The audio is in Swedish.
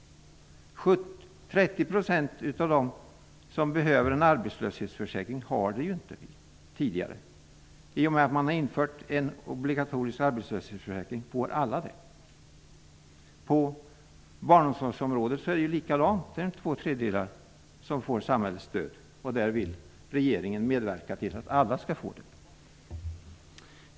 30 % av dem som behöver en arbetslöshetsförsäkring har inte den sedan tidigare. I och med att man har infört en obligatorisk arbetslöshetsförsäkring får alla den. På barnomsorgsområdet är det likadant. Där är det två tredjedelar som får samhällets stöd. Där vill regeringen medverka till att alla skall få det.